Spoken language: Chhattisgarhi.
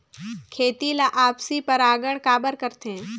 खेती ला आपसी परागण काबर करथे?